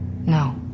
No